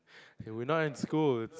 and we not in school